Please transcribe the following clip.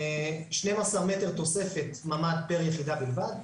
12 מטר תוספת ממ"ד פר יחידה בלבד,